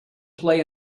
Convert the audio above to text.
play